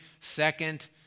second